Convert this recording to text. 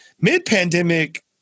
mid-pandemic